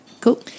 cool